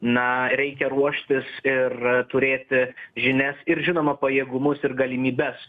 na reikia ruoštis ir turėti žinias ir žinoma pajėgumus ir galimybes